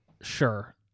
sure